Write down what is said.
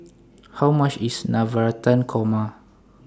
How much IS Navratan Korma